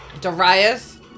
Darius